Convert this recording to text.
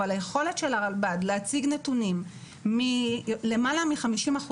אבל היכולת של הרלב"ד להציג נתונים מלמעלה מ-50%